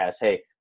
Hey